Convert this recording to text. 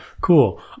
Cool